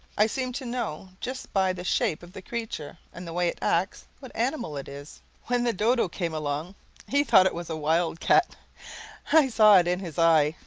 i seem to know just by the shape of the creature and the way it acts what animal it is. when the dodo came along he thought it was a wildcat i saw it in his eye.